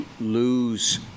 lose